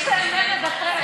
יש להם מרד אחר.